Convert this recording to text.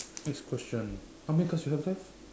next question how many cards you have left